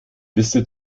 liste